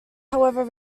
however